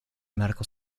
medical